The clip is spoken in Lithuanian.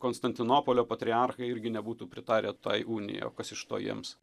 konstantinopolio patriarchai irgi nebūtų pritarę tai unijai o kas iš to jiems